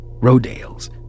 Rodale's